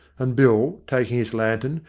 and bill, taking his lantern,